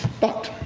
but.